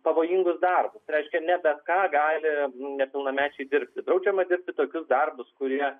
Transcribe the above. pavojingus darbus reiškia ne bet ką gali nepilnamečiai dirbti draudžiama dirbti tokius darbus kurie